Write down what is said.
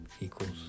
equals